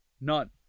None